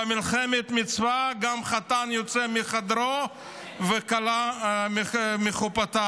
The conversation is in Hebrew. במלחמת מצווה גם חתן יוצא מחדרו וכלה מחופתה.